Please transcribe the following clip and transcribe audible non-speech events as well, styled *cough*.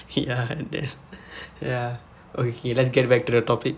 ya *laughs* and then ya okay let's get back to the topic